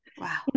Wow